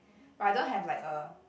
but I don't have like a